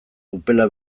upela